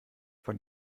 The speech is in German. von